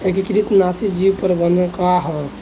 एकीकृत नाशी जीव प्रबंधन का ह?